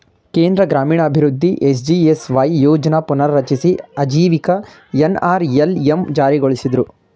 ಕೇಂದ್ರ ಗ್ರಾಮೀಣಾಭಿವೃದ್ಧಿ ಎಸ್.ಜಿ.ಎಸ್.ವೈ ಯೋಜ್ನ ಪುನರ್ರಚಿಸಿ ಆಜೀವಿಕ ಎನ್.ಅರ್.ಎಲ್.ಎಂ ಜಾರಿಗೊಳಿಸಿದ್ರು